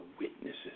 witnesses